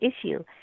issue